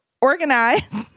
organize